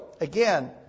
again